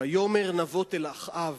ויאמר נבות אל אחאב: